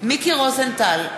מיקי רוזנטל,